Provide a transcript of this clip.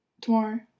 tomorrow